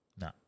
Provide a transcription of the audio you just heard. no